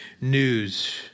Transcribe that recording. news